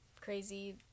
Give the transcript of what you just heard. crazy